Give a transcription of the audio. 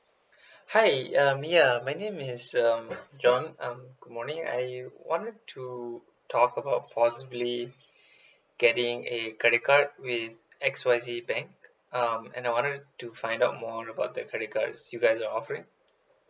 hi um ya my name is um john um good morning I wanted to talk about possibly getting a credit card with X Y Z bank um and I wanted to find out more about the credit cards you guys are offering